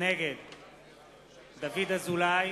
נגד דוד אזולאי,